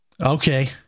Okay